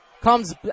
Comes